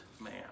man